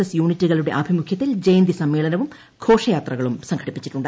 S യൂണിറ്റുകളുടെ ആഭിമുഖ്യത്തിൽ ജയന്തി സമ്മേളനവും ഘോഷയാത്രകളും സംഘടിപ്പിച്ചിട്ടുണ്ട്